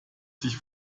sich